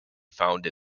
found